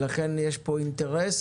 לכן יש פה אינטרס,